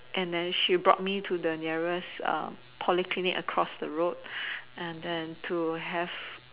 and then she brought me to the nearest Polyclinic across the road and then to have